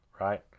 right